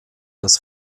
das